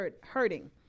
hurting